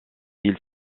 ils